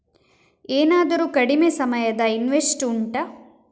ಏನಾದರೂ ಕಡಿಮೆ ಸಮಯದ ಇನ್ವೆಸ್ಟ್ ಉಂಟಾ